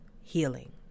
healing